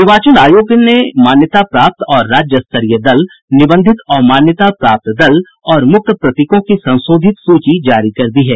निर्वाचन आयोग ने मान्यता प्राप्त और राज्य स्तरीय दल निबंधित अमान्यता प्राप्त दल और मुक्त प्रतीकों की संशोधित सूची जारी कर दी है